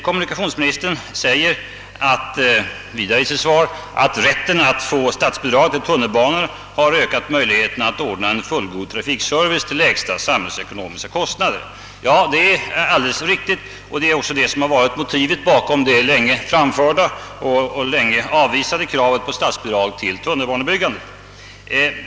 Kommunikationsministern säger vidare i sitt svar att rätten att få statsbidrag till tunnelbanor har ökat möjligheterna att ordna en fullgod trafikservice till lägsta samhällsekonomiska kostnad. Det är alldeles riktigt, och det har också varit motivet bakom det länge framförda och länge avvisade kravet på statsbidrag till tunnelbanebyggandet.